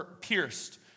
pierced